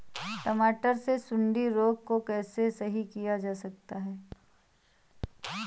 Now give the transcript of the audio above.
टमाटर से सुंडी रोग को कैसे सही किया जा सकता है?